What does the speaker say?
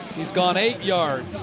he's gone eight yards,